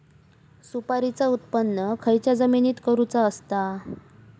सुपारीचा उत्त्पन खयच्या जमिनीत करूचा असता?